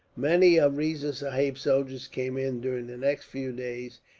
many of riza sahib's soldiers came in, during the next few days,